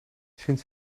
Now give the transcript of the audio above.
sinds